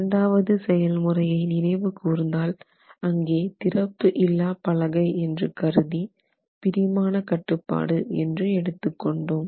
இரண்டாவது செயல்முறையை நினைவு கூர்ந்தால் அங்கே திறப்பு இல்லா பலகை என்று கருதி பிடிமான கட்டுப்பாடு என்று எடுத்துக் கொண்டோம்